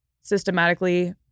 systematically